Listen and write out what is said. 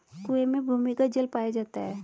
कुएं में भूमिगत जल पाया जाता है